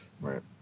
Right